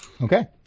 Okay